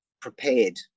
prepared